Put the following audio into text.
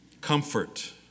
Comfort